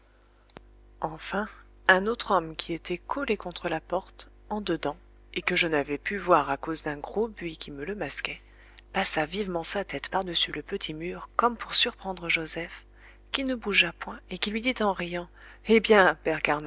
enfin un autre homme qui était collé contre la porte en dedans et que je n'avais pu voir à cause d'un gros buis qui me le masquait passa vivement sa tête par-dessus le petit mur comme pour surprendre joseph qui ne bougea point et qui lui dit en riant eh bien